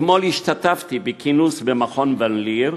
אתמול השתתפתי בכינוס במכון ון-ליר